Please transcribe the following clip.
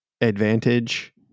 advantage